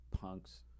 punks